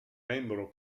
membro